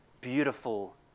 beautiful